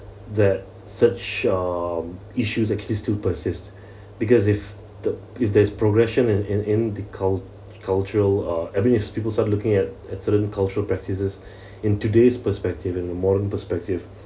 that such um issues exists to persist because if the if there's progression and in in the cul~ cultural uh having its people start looking at at certain cultural practices in today's perspective in the modern perspective